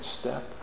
step